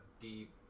deep